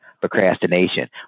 procrastination